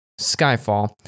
Skyfall